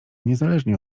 niezależnie